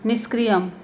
निष्क्रियम्